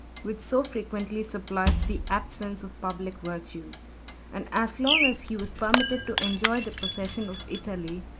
which so frequently supplies the absence of public virtue and as long as he was permitted to enjoy the possession of italy,